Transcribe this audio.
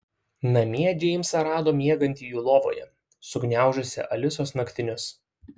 namie džeimsą rado miegantį jų lovoje sugniaužusį alisos naktinius